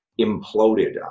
imploded